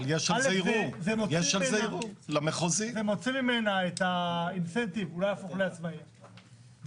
זה מוציא ממנה את התמריץ להפוך לעצמאית,